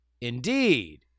Indeed